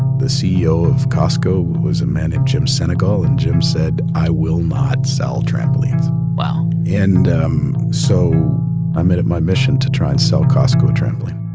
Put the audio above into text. the ceo of costco was a man named jim sinegal. and jim said, i will not sell trampolines wow and so i made it my mission to try and sell costco a trampoline